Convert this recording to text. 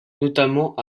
notamment